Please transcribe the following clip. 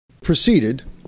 proceeded